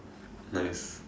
nice